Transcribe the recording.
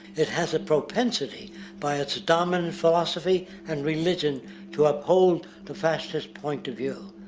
it has a propensity by its dominant philosophy and religion to uphold to fascist point of view.